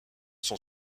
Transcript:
sont